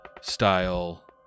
style